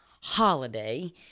holiday